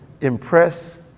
impress